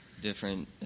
different